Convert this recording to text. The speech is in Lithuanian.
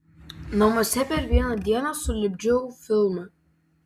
namuose per vieną dieną sulipdžiau filmą